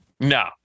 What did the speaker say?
No